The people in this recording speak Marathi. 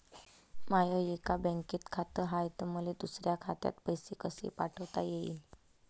माय एका बँकेत खात हाय, त मले दुसऱ्या खात्यात पैसे कसे पाठवता येईन?